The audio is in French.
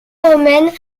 romaines